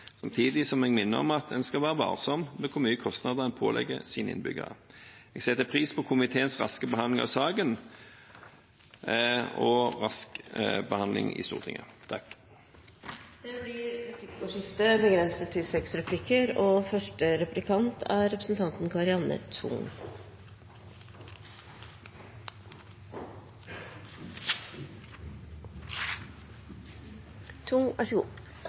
Samtidig vil jeg minne om at en skal være varsom med hvor mye kostnader en pålegger sine innbyggere. Jeg setter pris på komiteens raske behandling av saken og den raske behandlingen i Stortinget. Det blir replikkordskifte. Takk til